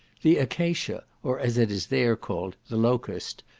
the acacia, or as it is there called, the locust,